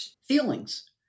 feelings